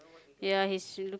ya he's she look